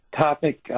topic